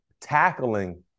tackling